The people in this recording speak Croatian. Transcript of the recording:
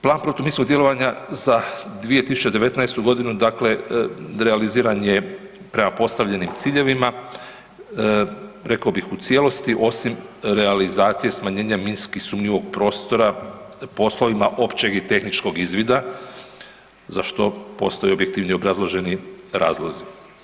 Plan protuminskog djelovanja za 2019.g., dakle realiziran je prema postavljenim ciljevima, reko bih u cijelosti osim realizacije smanjenja minski sumnjivog prostora poslovima općeg i tehničkog izvida za što postoje objektivni i obrazloženi razlozi.